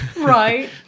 Right